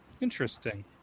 Interesting